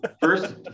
First